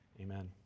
Amen